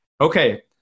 Okay